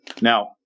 Now